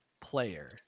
player